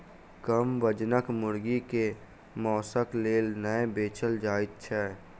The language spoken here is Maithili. कम वजनक मुर्गी के मौंसक लेल नै बेचल जाइत छै